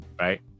right